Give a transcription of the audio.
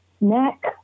neck